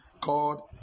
called